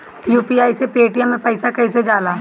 UPI से Paytm मे पैसा कइसे जाला?